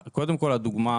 קודם כל, הדוגמה